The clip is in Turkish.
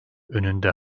önünde